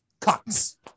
Cuts